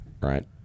right